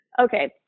okay